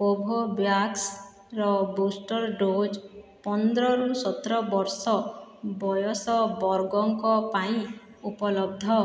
କୋଭୋଭ୍ୟାକ୍ସର booster dose ପନ୍ଦରରୁ ସତରବର୍ଷ ବୟସ ବର୍ଗଙ୍କ ପାଇଁ ଉପଲବ୍ଧ